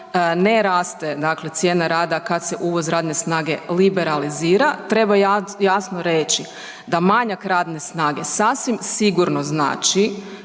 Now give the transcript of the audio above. dakle cijena rada kad se uvoz radne snage liberalizira, treba jasno reći da manjak radne snage sasvim sigurno znači